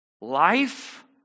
life